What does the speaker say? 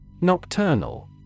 Nocturnal